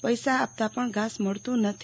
પૈસા આપતા પણ ધાસ મળતુ નથી